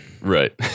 Right